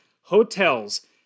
hotels